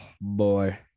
boy